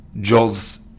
Joel's